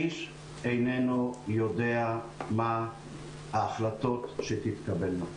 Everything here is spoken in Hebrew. איש איננו יודע מה ההחלטות שתתקבלנה.